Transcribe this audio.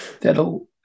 that'll